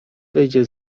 wyjdzie